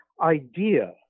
idea